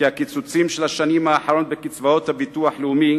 כי הקיצוצים של השנים האחרונות בקצבאות הביטוח הלאומי